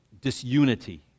disunity